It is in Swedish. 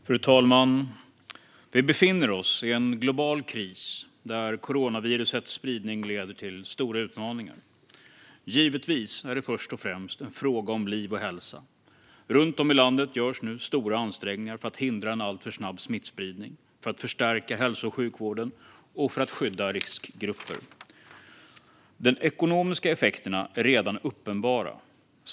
Fru talman! Vi befinner oss i ett en global kris, där coronavirusets spridning leder till stora utmaningar. Givetvis är det först och främst en fråga om liv och hälsa. Runt om i landet görs nu stora ansträngningar för att hindra en alltför snabb smittspridning, för att förstärka hälso och sjukvården och för att skydda riskgrupper. De ekonomiska effekterna är redan uppenbara.